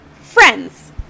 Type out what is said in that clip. friends